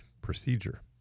procedure